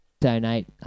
Donate